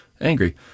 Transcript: angry